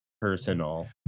personal